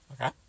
okay